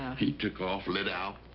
he took off. lit out.